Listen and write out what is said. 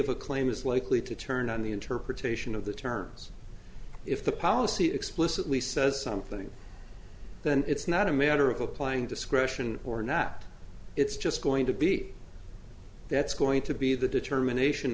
of a claim is likely to turn on the interpretation of the terms if the policy explicitly says something then it's not a matter of applying discretion or not it's just going to be that's going to be the determination